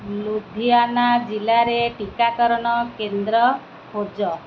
ଲୁଧିଆନା ଜିଲ୍ଲାରେ ଟିକାକରଣ କେନ୍ଦ୍ର ଖୋଜ